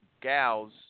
gals